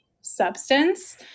substance